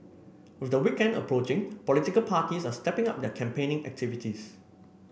with the weekend approaching political parties are stepping up their campaigning activities